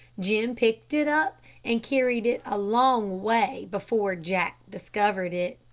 jim picked it up and carried it a long way, before jack discovered it.